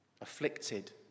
afflicted